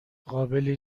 قابلی